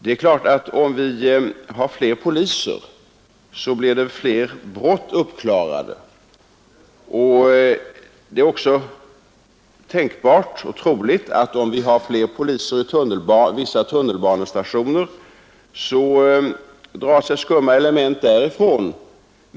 Det är klart att om vi har fler poliser blir fler brott uppklarade, och det är också tänkbart och troligt att om vi har fler poliser i vissa tunnelbanestationer drar sig skumma element därifrån.